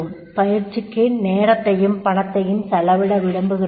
பயிற்சிக்கு நேரத்தையும் பணத்தையும் செலவிட விரும்புகிறோமா